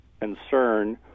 concern